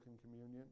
Communion